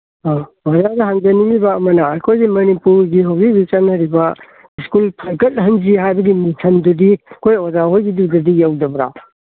ꯑ ꯍꯣꯏ ꯑꯩꯅ ꯍꯪꯖꯅꯤꯡꯏꯕ ꯑꯃꯅ ꯑꯩꯈꯣꯏꯒꯤ ꯃꯅꯤꯄꯨꯔꯒꯤ ꯍꯧꯖꯤꯛ ꯍꯧꯖꯤꯛ ꯆꯠꯅꯔꯤꯕ ꯁ꯭ꯀꯨꯜ ꯐꯒꯠꯍꯟꯁꯤ ꯍꯥꯏꯕꯒꯤ ꯃꯤꯁꯟꯗꯨꯗꯤ ꯑꯩꯈꯣꯏ ꯑꯣꯖꯥꯍꯣꯏꯒꯤꯗꯗꯤ ꯌꯧꯗꯕ꯭ꯔꯥ